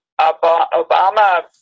Obama